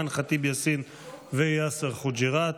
אימאן ח'טיב יאסין ויאסר חוג'יראת,